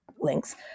links